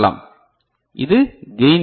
எனவே இது கையின் எரர்